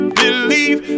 believe